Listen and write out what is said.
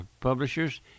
publishers